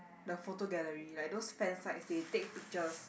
the photo gallery like those fansites they take pictures